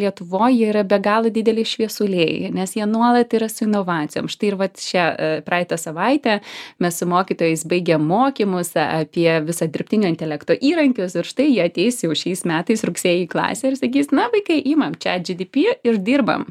lietuvoj jie yra be galo dideli šviesuliai nes jie nuolat yra su inovacijom štai ir vat šią praeitą savaitę mes su mokytojais baigėm mokymus apie visą dirbtinio intelekto įrankius ir štai jie ateis jau šiais metais rugsėjį į klasę ir sakys na vaikai imam chat gtp ir dirbam